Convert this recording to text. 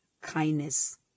kindness